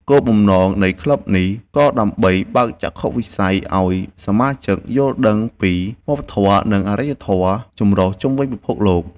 គោលបំណងនៃក្លឹបនេះ ក៏ដើម្បីបើកចក្ខុវិស័យឱ្យសមាជិកយល់ដឹងពីវប្បធម៌ និងអរិយធម៌ចម្រុះជុំវិញពិភពលោក។